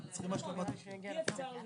ואנחנו נדייק את זה כדי שתהיה מציאות אחרת.